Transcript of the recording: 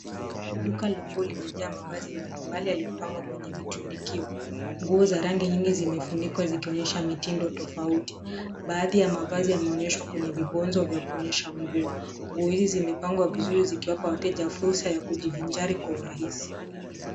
Duka la nguo limejaa mavazi mbalimbali yaliyopangwa kwenye vitindikio. Nguo za rangi nyingi zimefunikwa zikionyesha mitindo tofauti. Baadhi ya mavazi yanaonyeshwa kwenye vibonzo vya kuonyesha nguo. Nguo hizi zimepangwa vizuri zikiwapa wateja fursa ya kujivinjari kwa urahisi.